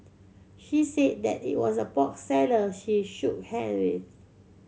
she said that it was a pork seller she shook hand with